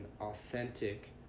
authentic